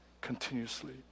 continuously